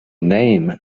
name